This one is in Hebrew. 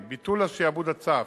2. ביטול השעבוד הצף,